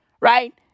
Right